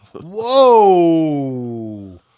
Whoa